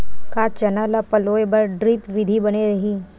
का चना ल पलोय बर ड्रिप विधी बने रही?